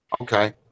Okay